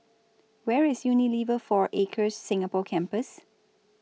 Where IS Unilever four Acres Singapore Campus